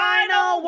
Final